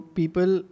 people